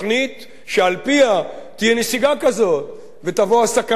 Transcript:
שעל-פיה תהיה נסיגה כזאת ותבוא הסכנה הזאת,